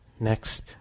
Next